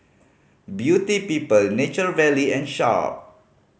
Beauty People Nature Valley and Sharp